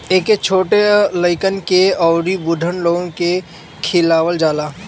एके छोट लइकन के अउरी बूढ़ लोगन के खियावल जाला